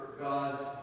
God's